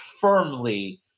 firmly